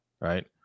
Right